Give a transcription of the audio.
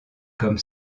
comme